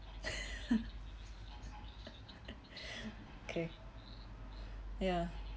okay ya